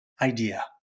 idea